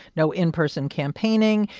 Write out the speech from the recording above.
no in-person campaigning.